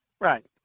Right